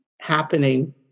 happening